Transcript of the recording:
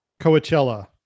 coachella